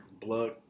Blood